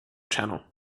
channel